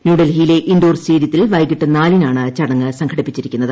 ന്യൂഡൽഹിയിലെ ഇൻഡോർ സ്റ്റേഡിയത്തിൽ വൈകിട്ട് നാലിനാണ് ചടങ്ങ് സംഘടിപ്പിച്ചിരിക്കുന്നത്